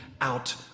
out